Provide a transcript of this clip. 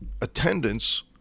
attendance